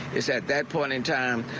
they said that point in time.